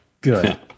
Good